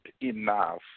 enough